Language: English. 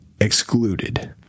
excluded